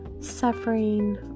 suffering